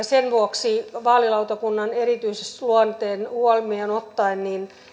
sen vuoksi vaalilautakunnan erityisluonteen huomioon ottaen